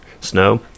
snow